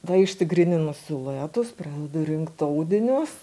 tada išsigryninu siluetus pradedu rinkt audinius